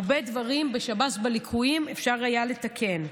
הרבה ליקויים בשב"ס אפשר היה לתקן.